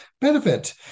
benefit